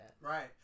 Right